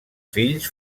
fills